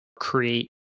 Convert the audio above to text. create